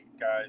guys